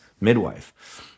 midwife